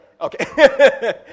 Okay